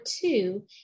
two